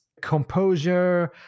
composure